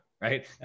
right